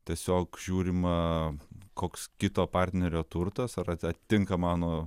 tiesiog žiūrima koks kito partnerio turtas ar atitinka mano